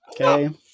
Okay